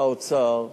האוצר,